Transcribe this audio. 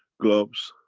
gloves,